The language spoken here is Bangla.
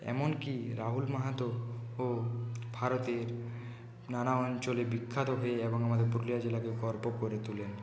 এমনকি রাহুল মাহাতো ও ভারতের নানা অঞ্চলে বিখ্যাত হয়ে যায় এবং আমাদের পুরুলিয়া জেলাকে গর্ব করে তোলেন